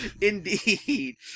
Indeed